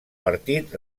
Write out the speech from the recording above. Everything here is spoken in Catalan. partit